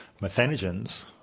methanogens